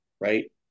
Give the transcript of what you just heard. right